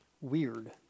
weird